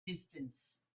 distance